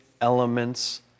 elements